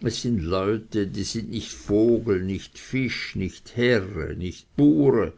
das sind leute die sind nicht vogel nicht fisch nicht herre nicht bure